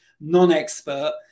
non-expert